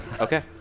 Okay